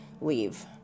leave